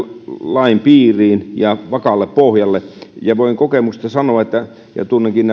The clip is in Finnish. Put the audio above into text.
lain piiriin ja vakaalle pohjalle voin kokemuksesta sanoa ja tunnenkin